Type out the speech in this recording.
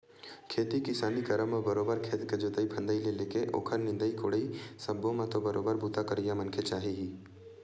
खेती किसानी करब म बरोबर खेत के जोंतई फंदई ले लेके ओखर निंदई कोड़ई सब्बो म तो बरोबर बूता करइया मनखे चाही ही